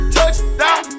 Touchdown